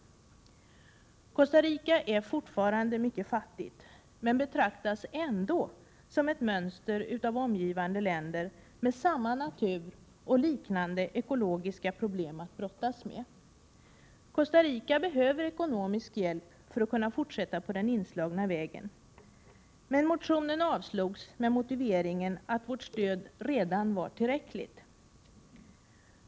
Costa Rica är fortfarande mycket fattigt men betraktas ändå som ett mönster av omgivande länder med samma natur och liknande ekologiska problem att brottas med. Costa Rica behöver ekonomisk hjälp för att kunna fortsätta på den inslagna vägen. Men motionen avstyrktes med motiveringen att vårt stöd redan var tillräckligt.